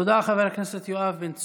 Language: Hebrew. תודה, חבר הכנסת יואב בן צור.